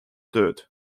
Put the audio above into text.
tööd